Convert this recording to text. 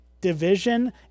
division